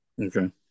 Okay